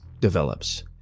Develops